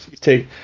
take